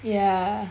ya